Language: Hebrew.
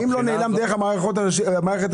האם לא נעלם דרך מערכת שיתופיות?